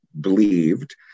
believed